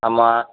ஆமாம்